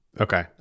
Okay